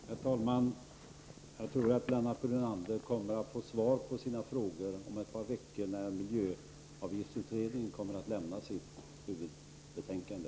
Herr talman! Jag tror att Lennart Brunander kommer att få svar på sina frågor om ett par veckor, då miljöavgiftsutredningen lämnar sitt huvudbetänkande.